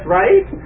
right